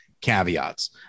caveats